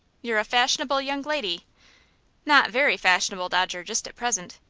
you're a fashionable young lady not very fashionable, dodger, just at present.